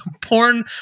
porn